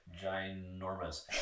Ginormous